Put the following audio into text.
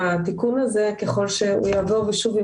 התיקון הזה ככל שהוא יעבור ושוב,